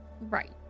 Right